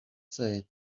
said